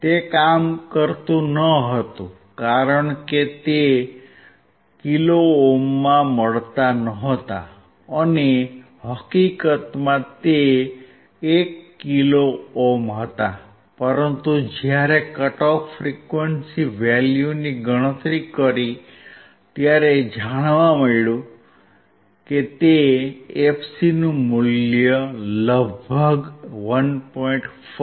તે કામ કરતું ન હતું કારણ કે તે કિલો ઓહ્મમાં મળતા ન હતા અને હકીકતમાં તે 1 કિલો ઓહ્મ હતા પરંતુ જ્યારે કટ ઓફ ફ્રીક્વન્સી વેલ્યુની ગણતરી કરી ત્યારે જાણવા મળ્યું કે fc મૂલ્ય લગભગ 1